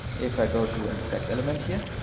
if i go to inspect element here,